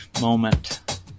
moment